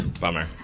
Bummer